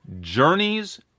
Journeys